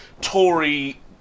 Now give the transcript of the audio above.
Tory